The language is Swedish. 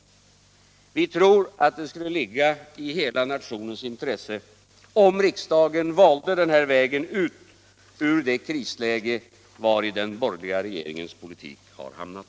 Vi tror att det skulle ligga i hela nationens intresse om riksdagen valde den här vägen ut ur det krisläge vari den borgerliga regeringens politik hamnat.